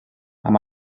amb